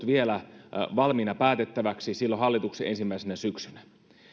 vielä valmiina päätettäväksi silloin hallituksen ensimmäisenä syksynä